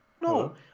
no